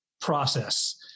process